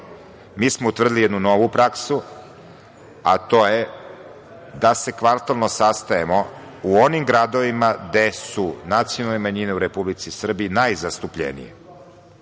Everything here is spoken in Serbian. smo utvrdili jednu novu praksu, a to je da se kvartalno sastajemo u onim gradovima gde su nacionalne manjine u Republici Srbiji najzastupeljenije. Održani